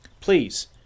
Please